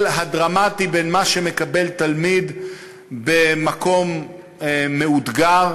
הדרמטי בין מה שמקבל תלמיד במקום מאותגר,